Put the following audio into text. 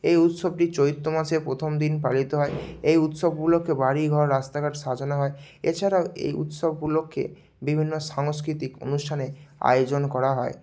এই উৎসবটি চৈত্র মাসে প্রথম দিন পালিত হয় এই উৎসব উপলক্ষে বাড়ি ঘর রাস্তাঘাট সাজানো হয় এছাড়াও এই উৎসব উপলক্ষে বিভিন্ন সাংস্কৃতিক অনুষ্ঠানে আয়োজন করা হয়